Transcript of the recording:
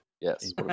Yes